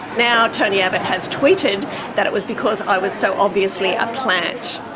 now tony abbott has tweeted that it was because i was so obviously a plant.